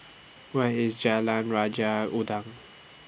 Where IS Jalan Raja Udang